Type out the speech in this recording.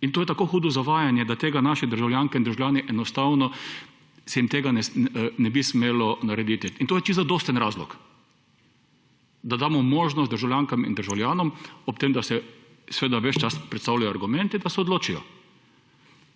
In to je tako hudo zavajanje, da tega naše državljanke in državljani enostavno se jim tega ne bi smelo narediti. in to je čisto zadosten razlog, da damo možnost državljankam in državljanom ob tem, da se seveda ves čas predstavlja argumente, da se odločijo